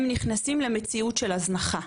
הם נכנסים למציאות של הזנחה,